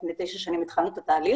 לפני תשע שנים התחלנו את התהליך.